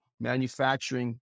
manufacturing